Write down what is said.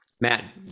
Matt